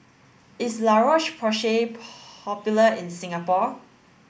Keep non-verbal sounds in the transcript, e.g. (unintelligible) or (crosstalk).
is La Roche Porsay (unintelligible) popular in Singapore